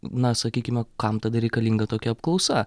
na sakykime kam tada reikalinga tokia apklausa